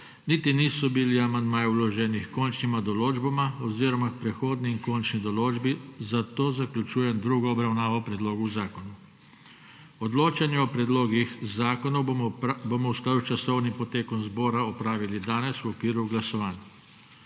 niti niso bili amandmaji vloženi h končnima določbama oziroma k prehodni in končni določbi, zato zaključujem drugo obravnavo predlogov zakonov. Odločanje o predlogih zakonov bomo v skladu s časovnim potekom zbora opravili danes v okviru glasovanj.